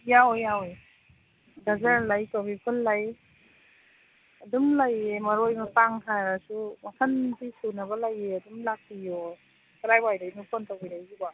ꯌꯥꯎꯋꯦ ꯌꯥꯎꯋꯦ ꯒꯖꯔ ꯂꯩ ꯀꯣꯕꯤ ꯐꯨꯜ ꯂꯩ ꯑꯗꯨꯝ ꯂꯩꯌꯦ ꯃꯔꯣꯏ ꯃꯄꯥꯡ ꯍꯥꯏꯔꯁꯨ ꯃꯈꯟ ꯃꯈꯜ ꯁꯨꯅꯕ ꯂꯩꯌꯦ ꯑꯗꯨꯝ ꯂꯥꯛꯄꯤꯌꯣ ꯀꯗꯥꯏꯋꯥꯏꯗꯩꯅꯣ ꯐꯣꯟ ꯇꯧꯕꯤꯔꯛꯏꯁꯤꯕꯣ